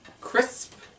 Crisp